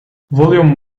volume